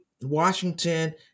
Washington